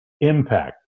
impact